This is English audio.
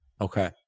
Okay